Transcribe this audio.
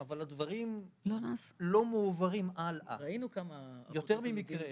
אבל הדברים לא מועברים הלאה יותר ממקרה אחד.